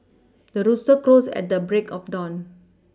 the rooster crows at the break of dawn